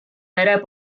mere